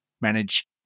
manage